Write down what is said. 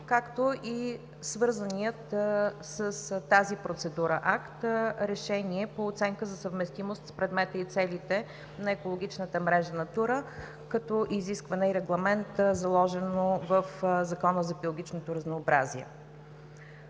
както и свързаният с тази процедура акт; - решение по оценка за съвместимост с предмета и целите на екологичната мрежа „Натура“, като изискване и регламент, заложено в Закона за биологичното разнообразие.